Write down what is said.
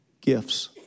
gifts